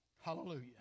hallelujah